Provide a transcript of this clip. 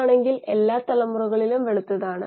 വായുസഞ്ചാരവും ദ്രാവകത്തെ ചലിപ്പിക്കുന്നു